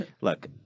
look